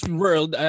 world